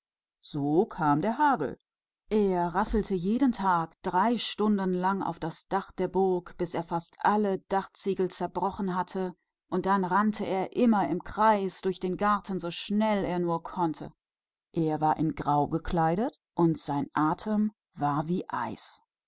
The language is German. so kam der hagel jeden tag prasselte er drei stunden lang auf das schloßdach herunter bis er fast alle schieferplatten zerschlagen hatte und dann lief er rund um den garten so schnell er nur konnte er war ganz grau angezogen und sein atem war wie eis